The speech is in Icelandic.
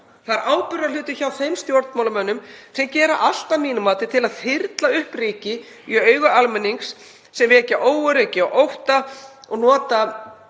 Það er ábyrgðarhluti hjá þeim stjórnmálamönnum sem gera allt að mínu mati til að þyrla upp ryki í augu almennings, sem vekja óöryggi og ótta og nota